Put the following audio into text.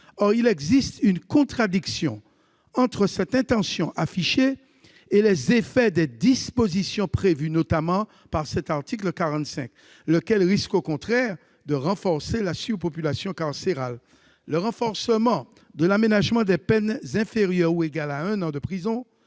Or il existe une contradiction entre cette intention affichée et les effets des dispositions prévues, notamment, par l'article 45, lequel risque, au contraire, de renforcer la surpopulation carcérale. Le renforcement de l'aménagement des peines inférieures ou égales à un an de prison